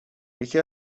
یکی